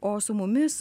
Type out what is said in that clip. o su mumis